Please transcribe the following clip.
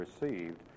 received